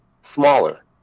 smaller